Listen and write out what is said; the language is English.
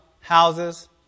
houses